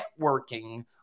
networking